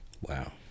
Wow